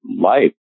life